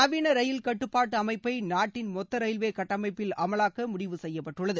நவீன ரயில் கட்டுப்பாட்டு அமைப்பை நாட்டின் மொத்த ரயில்வே கட்டமைப்பில் அமலாக்க முடிவு செய்யப்பட்டுள்ளது